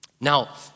Now